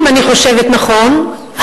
אם אני חושבת נכון,